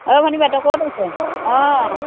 অ' ভনী বা তই ক'ত আছ' অ'